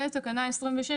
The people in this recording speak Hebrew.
ותקנה 26,